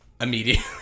Immediately